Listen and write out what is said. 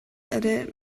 эрэ